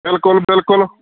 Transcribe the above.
ਬਿਲਕੁਲ ਬਿਲਕੁਲ